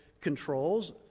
controls